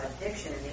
addiction